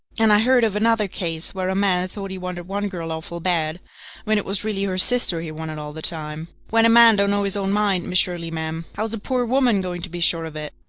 and i heard of another case where a man thought he wanted one girl awful bad when it was really her sister he wanted all the time. when a man don't know his own mind, miss shirley, ma'am, how's a poor woman going to be sure of it?